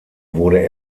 wurde